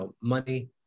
money